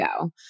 go